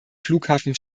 flughafen